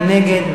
מי נגד?